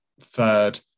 third